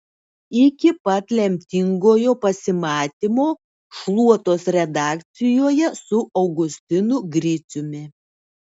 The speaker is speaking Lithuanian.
iki pat lemtingojo pasimatymo šluotos redakcijoje su augustinu griciumi